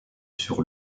sur